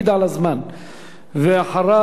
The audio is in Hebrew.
אחריו, חבר הכנסת דב חנין.